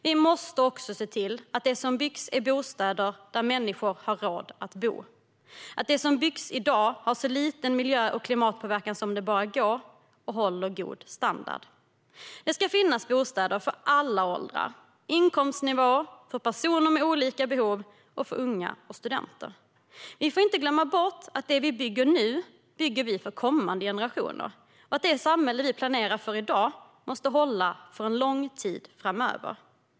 Vi måste också se till att det som byggs är bostäder där människor har råd att bo, att det som byggs i dag har så liten miljö och klimatpåverkan som det bara går och att det håller god standard. Det ska finnas bostäder för alla åldrar och inkomstnivåer, för personer med olika behov och för unga och studenter. Vi får inte glömma bort att det vi bygger nu bygger vi för kommande generationer och att det samhälle vi planerar för i dag måste hålla för en lång tid framöver.